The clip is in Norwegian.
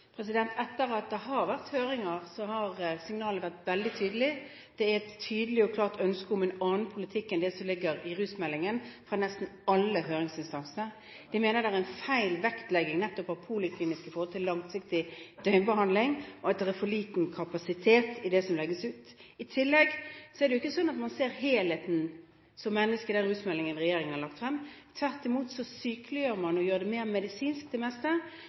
Etter at det har vært høringer, har signalet vært veldig tydelig. Det er et tydelig og klart ønske om en annen politikk enn det som ligger i rusmeldingen, fra nesten alle høringsinstansene. De mener det er en feil vektlegging av poliklinisk behandling i forhold til langsiktig døgnbehandling, og at det er for liten kapasitet i det som legges ut. I tillegg ser man ikke helheten som menneske i den rusmeldingen regjeringen har lagt frem, tvert imot sykeliggjør man og gjør det meste mer medisinsk. Tverrfagligheten er nesten ikke berørt. Det